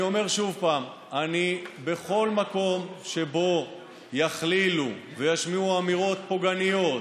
אני אומר שוב: בכל מקום שבו יכלילו וישמיעו אמירות פוגעניות,